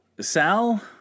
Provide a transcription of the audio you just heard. sal